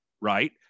right